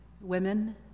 women